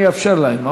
אני אאפשר להם.